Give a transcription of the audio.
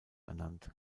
ernannt